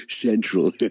central